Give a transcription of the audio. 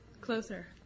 Closer